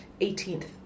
18th